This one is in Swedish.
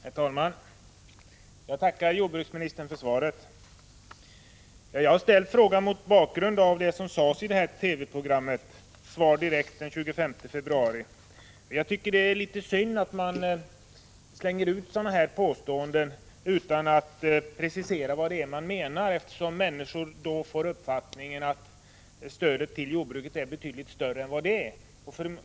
Herr talman! Jag tackar jordbruksministern för svaret. Jag har ställt frågan mot bakgrund av vad som sades i TV-programmet Svar direkt den 25 februari. Jag tycker det är litet synd att man slänger ut sådana påståenden som gjordes i programmet utan att precisera vad man menar med dessa. Människor kan få uppfattningen att stödet till jordbruket är betydligt större än vad det är.